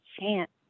chance